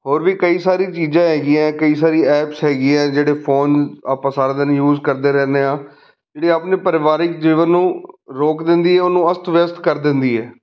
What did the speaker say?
ਹੋਰ ਵੀ ਕਈ ਸਾਰੀਆਂ ਚੀਜ਼ਾਂ ਹੈਗੀਆਂ ਕਈ ਸਾਰੀਆਂ ਐਪਸ ਹੈਗੀਆਂ ਆ ਜਿਹੜੇ ਫੋਨ ਆਪਾਂ ਸਾਰਾ ਦਿਨ ਯੂਸ ਕਰਦੇ ਰਹਿੰਦੇ ਹਾਂ ਜਿਹੜੇ ਆਪਣੇ ਪਰਿਵਾਰਿਕ ਜੀਵਨ ਨੂੰ ਰੋਕ ਦਿੰਦੀ ਹੈ ਉਹਨੂੰ ਅਸਤ ਵਿਅਸਤ ਕਰ ਦਿੰਦੀ ਹੈ